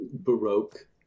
Baroque